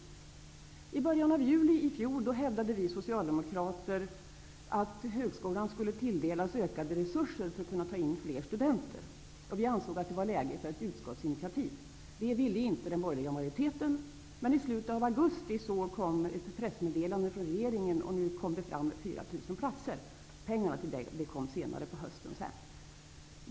I början av juli i fjol hävdade vi socialdemokrater att högskolan skulle tilldelas ökade resurser för att kunna ta in fler studenter. Vi ansåg att det var läge för ett utskottsinitiativ. Det tyckte inte den borgerliga majoriteten. Men i slutet av augusti kom ett pressmeddelande från regeringen om ytterligare 4 000 platser. Pengarna till detta kom senare på hösten.